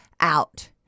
out